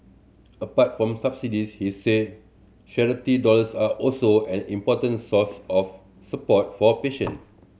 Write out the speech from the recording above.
apart from subsidies he said charity dollars are also an important source of support for patient